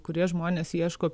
kurie žmonės ieško